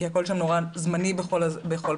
כי הכל שם נורא זמני בכל פעם,